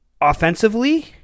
offensively